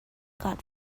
got